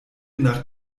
nach